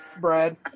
Brad